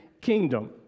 Kingdom